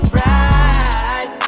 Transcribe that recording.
right